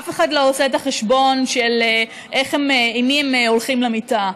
אף אחד לא עושה את החשבון של עם מי הם הולכים למיטה.